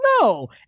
no